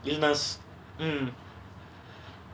illness mm